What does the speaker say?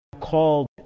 called